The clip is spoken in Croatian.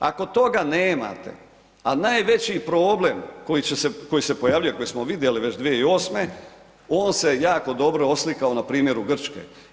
Ako toga nemate a najveći problem koji se pojavljuje, kojeg smo vidjeli već 2008., on se jako dobro oslikao na primjeru Grčke.